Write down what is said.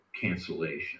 cancellation